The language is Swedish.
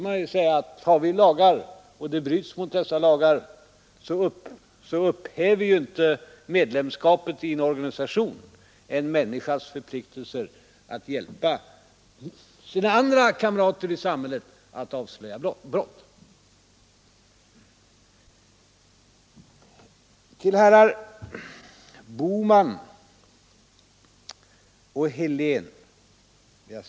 I det avseendet måste vi säga oss att medlemskapet i en organisation inte upphäver en människas förpliktelser att hjälpa samhället att avslöja brott. Till herrar Bohman och Helén vill jag säga följande.